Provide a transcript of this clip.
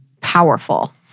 powerful